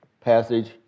passage